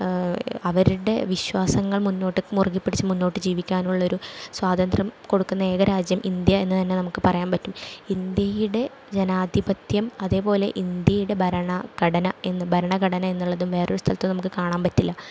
അവരുടെ വിശ്വാസങ്ങൾ മുന്നോട്ട് മുറുകി പിടിച്ച് മുന്നോട്ടു ജീവിക്കാനുള്ളൊരു സ്വാതന്ത്ര്യം കൊടുക്കുന്ന ഏകരാജ്യം ഇന്ത്യ എന്നു തന്നെ നമുക്ക് പറയാൻ പറ്റും ഇന്ത്യയുടെ ജനാധിപത്യം അതേപോലെ ഇന്ത്യയുടെ ഭരണഘടന എന്ന് ഭരണഘടന എന്നുള്ളതും വേറൊരു സ്ഥലത്തും നമുക്ക് കാണാൻ പറ്റില്ല